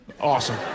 Awesome